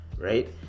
right